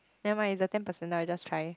never mind it's the ten percentile just try